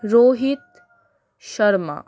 Rohit Sharma